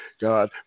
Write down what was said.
God